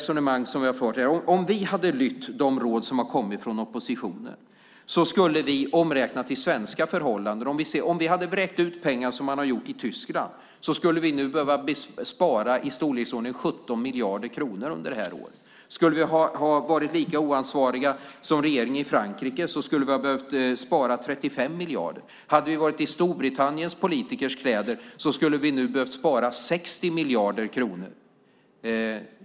Om vi hade lytt de råd som har kommit från oppositionen skulle vi omräknat till svenska förhållanden, och om vi hade vräkt ut pengar som man har gjort i Tyskland, behöva spara i storleksordningen 17 miljarder kronor under det här året. Skulle vi ha varit lika oansvariga som regeringen i Frankrike skulle vi ha behövt spara 35 miljarder. Hade vi varit i Storbritanniens politikers kläder skulle vi nu ha behövt spara 60 miljarder kronor.